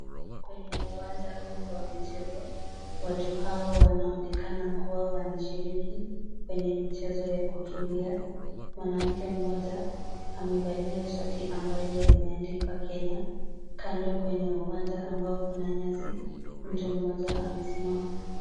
Kwenye uwanja huu wa michezo, watu hawa wanaonekana kuwa wanashiriki kwenye michezo ya kukimbia. Mwanamke mmoja amevalia shati ambayo imeandikwa Kenya. Kando kwenye uwanja ambao kuna nyasi, mtu mmoja amesimama.